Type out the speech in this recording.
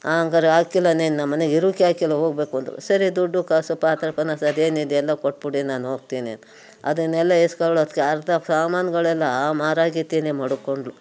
ಹಂಗಾದ್ರೆ ಆಗೋಕಿಲ್ಲ ನೀನು ನಮ್ಮನೆಗೆ ಇರೋಕೆ ಆಗೋಕಿಲ್ಲ ಹೋಗ್ಬೇಕು ಅಂದ್ರೂ ಸರಿ ದುಡ್ಡು ಕಾಸು ಪಾತ್ರೆ ಪನಸ ಅದೇನಿದೆ ಎಲ್ಲ ಕೊಟ್ಬಿಡಿ ನಾನು ಹೋಗ್ತೀನಿ ಅಂದೆ ಅದನ್ನೆಲ್ಲ ಈಸ್ಕೊಳ್ಳೋಕೆ ಅರ್ಧ ಸಾಮಾನುಗಳೆಲ್ಲ ಆ ಮಾರಾಯತಿನೇ ಮಡುಕೊಂಡ್ಲು